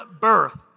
birth